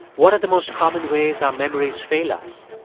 what are the most common ways our memories fail us?